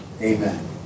Amen